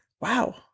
Wow